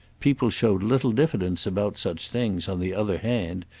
people showed little diffidence about such things, on the other hand,